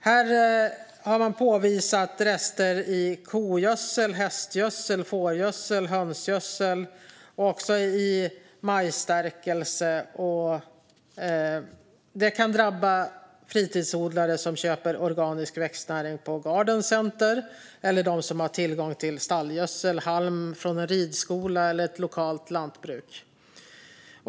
Man har påvisat rester i kogödsel, hästgödsel, fårgödsel, hönsgödsel och majsstärkelse. Det kan drabba fritidsodlare som köper organisk växtnäring på ett garden center eller dem som har tillgång till stallgödsel och halm från en ridskola eller ett lokalt lantbruk.